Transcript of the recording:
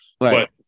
Right